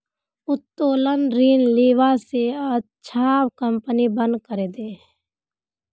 उत्तोलन ऋण लीबा स अच्छा कंपनी बंद करे दे